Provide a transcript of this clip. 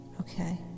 okay